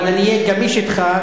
אבל אני אהיה גמיש אתך,